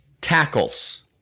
tackles